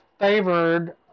favored